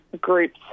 groups